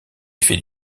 fait